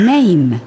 Name